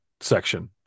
section